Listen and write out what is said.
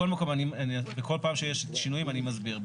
מכל מקום, בכל פעם שיש שינויים אני מסביר.